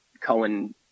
Cohen